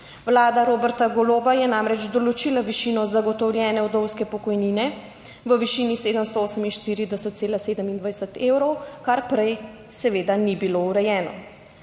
Vlada Roberta Goloba je namreč določila višino zagotovljene vdovske pokojnine v višini 748,27 evrov, kar prej seveda ni bilo urejeno.